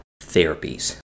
therapies